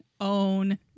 own